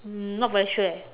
um not very sure eh